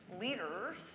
leaders